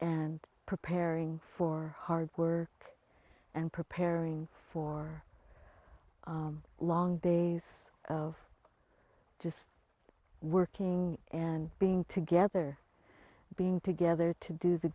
and preparing for hard were and preparing for long days of just working and being together being together to do the